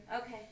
Okay